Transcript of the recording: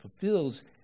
fulfills